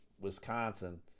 Wisconsin